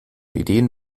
ideen